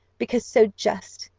because so just,